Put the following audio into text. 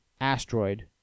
asteroid